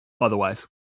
otherwise